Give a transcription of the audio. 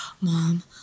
Mom